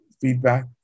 feedback